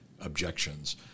objections